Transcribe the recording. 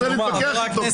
אני מנסה להתווכח איתו.